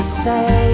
say